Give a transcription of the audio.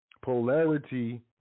Polarity